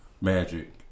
Magic